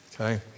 Okay